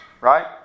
right